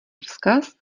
vzkaz